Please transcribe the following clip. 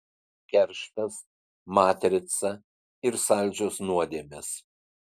kerštas matrica ir saldžios nuodėmės